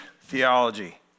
theology